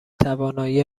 توانایی